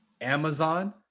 Amazon